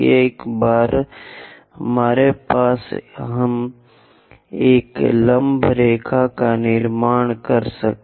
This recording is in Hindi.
एक बार हमारे पास हम एक लंब रेखा का निर्माण कर सकते हैं